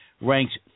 ranks